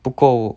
不过